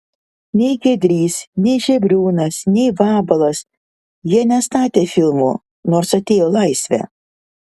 nei giedrys nei žebriūnas nei vabalas jie nestatė filmų nors atėjo laisvė